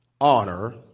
honor